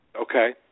Okay